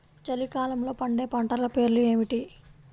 చలికాలంలో పండే పంటల పేర్లు ఏమిటీ?